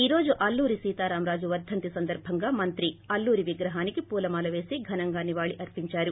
ఈ రోజు అల్లూరి సీతారామరాజు వర్షంతి సంధర్పంగా మంత్రి అల్లూరి విగ్రహానికి పూలమాల పేసి ఘనంగా నివాళులు అర్సిందారు